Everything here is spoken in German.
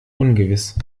ungewiss